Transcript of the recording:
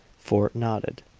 fort nodded,